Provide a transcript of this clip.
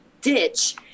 ditch